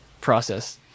process